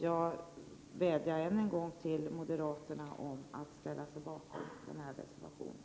Jag vädjar än en gång till moderaterna att ställa sig bakom reservation 8.